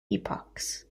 epochs